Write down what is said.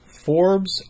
forbes